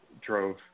drove